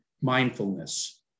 mindfulness